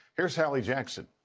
here's hallie jackson.